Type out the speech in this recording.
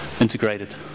integrated